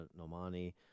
Nomani